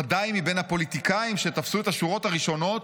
ודאי מבין הפוליטיקאים שתפסו את השורות הראשונות,